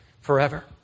forever